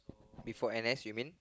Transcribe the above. before N_S you mean